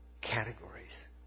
categories